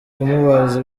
kumubaza